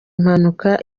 impanuka